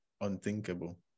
unthinkable